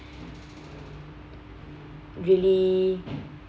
really